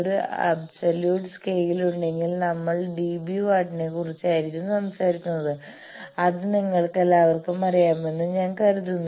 ഒരു absolute scale ഉണ്ടെങ്കിൽ നമ്മൾ ഡിബി വാട്ടിനെക്കുറിച്ചയിരിക്കും സംസാരിക്കുന്നത് അത് നിങ്ങൾക്കെല്ലാവർക്കും അറിയാമെന്ന് ഞാൻ കരുതുന്നു